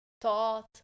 thought